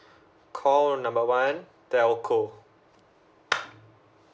call number one telco